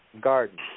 garden